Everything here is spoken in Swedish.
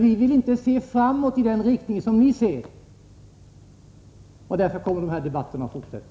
Vi vill inte se framåt i den riktning som ni vill se. Därför kommer den här debatten att fortsätta.